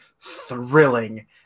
thrilling